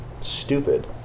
stupid